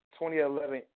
2011